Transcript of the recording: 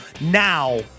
Now